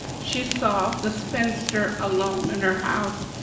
she saw the spinster alone in her house,